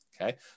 Okay